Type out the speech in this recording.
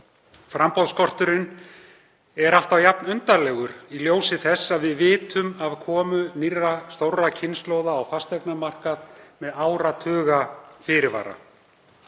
Framboðsskorturinn er alltaf jafn undarlegur í ljósi þess að við vitum af komu nýrra, stórra kynslóða á fasteignamarkað með áratugafyrirvara.